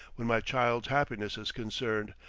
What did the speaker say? when my child's happiness is concerned,